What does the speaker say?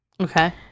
Okay